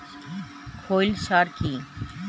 খৈল সার কি?